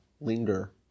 linger